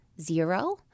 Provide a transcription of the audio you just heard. zero